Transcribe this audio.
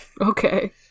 Okay